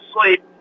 sleep